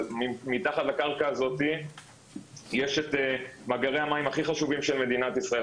אבל מתחת לקרקע הזאתי יש את מאגרי המים הכי חשובים של מדינת ישראל,